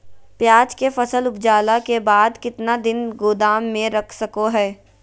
प्याज के फसल उपजला के बाद कितना दिन गोदाम में रख सको हय?